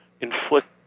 inflict